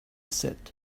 set